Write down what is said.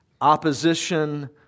opposition